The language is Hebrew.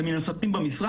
ומנוספים במשרד.